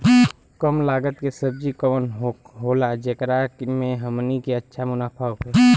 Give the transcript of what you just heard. कम लागत के सब्जी कवन होला जेकरा में हमनी के अच्छा मुनाफा होखे?